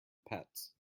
pets